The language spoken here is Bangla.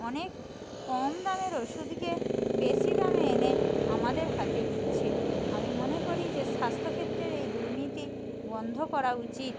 অনেক কম দামের ওষুধকে বেশি দামে এনে আমাদের হাতে দিচ্ছে আমি মনে করি যে স্বাস্থ্য ক্ষেত্রের এই দুর্নীতি বন্ধ করা উচিত